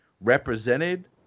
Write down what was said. represented